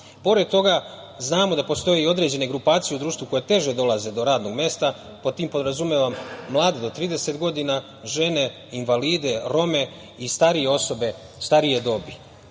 toga znamo da postoji određene grupacije u društvu koje teže dolaze do radnog mesta, pod tim podrazumevam mlade do trideset godina, žene invalide, rome, i starije osobe. Aktivnim